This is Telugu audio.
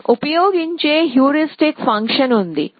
మనం ఉపయోగించే హ్యూరిస్టిక్ ఫంక్షన్ ఉంది